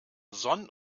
sonn